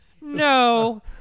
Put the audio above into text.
No